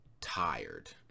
tired